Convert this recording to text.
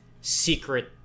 secret